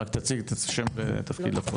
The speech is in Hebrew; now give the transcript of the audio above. רק תציגי את עצמך, שם ותפקיד.